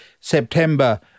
September